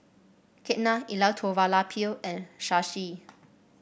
Ketna Elattuvalapil and Shashi